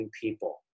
people